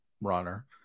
runner